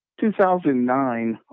2009